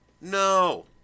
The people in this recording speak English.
No